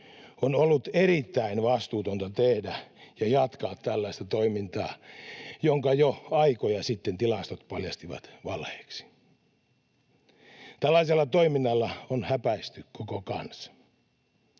on ollut erittäin vastuutonta tehdä ja jatkaa tällaista toimintaa, jonka jo aikoja sitten tilastot paljastivat valheeksi. Tällaisella toiminnalla on häpäisty koko kansa.